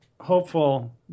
hopeful